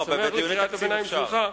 בדיוני התקציב אפשר.